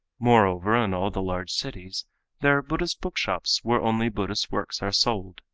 moreover, in all the large cities there are buddhist bookshops where only buddhist works are sold.